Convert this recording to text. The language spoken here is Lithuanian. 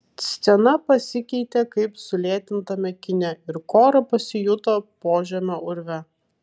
scena pasikeitė kaip sulėtintame kine ir kora pasijuto požemio urve